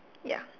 ya